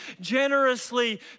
generously